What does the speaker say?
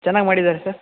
ಚೆನ್ನಾಗಿ ಮಾಡಿದ್ದಾರ ಸರ್